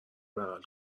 بغل